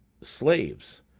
slaves